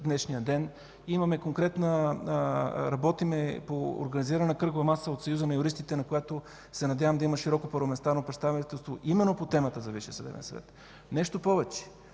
днешния ден. Работим по организиране на Кръгла маса от Съюза на юристите, на която се надявам да има широко парламентарно представителство именно по темата за Висшия съдебен